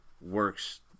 works